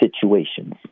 situations